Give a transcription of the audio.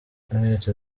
mwese